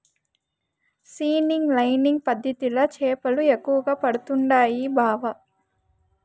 seining lining పద్ధతిల చేపలు ఎక్కువగా పడుతండాయి బావ